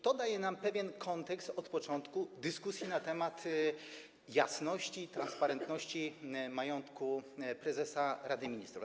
To daje nam pewien kontekst od początku dyskusji na temat jasności i transparentności majątku prezesa Rady Ministrów.